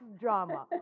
drama